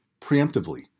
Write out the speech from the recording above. preemptively